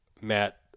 Matt